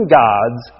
gods